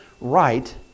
right